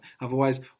Otherwise